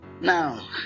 Now